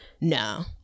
no